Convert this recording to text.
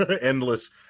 endless